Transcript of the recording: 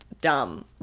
dumb